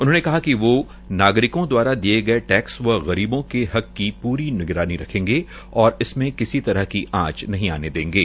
उन्होंने कहा कि नागकिों दवारा दिये गये टैक्स व गरीबों के हक की प्री निगरानी रखेंगे और इसमें किसी तरह का आंच नहीं आने देंगे